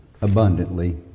abundantly